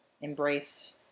embrace